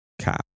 cap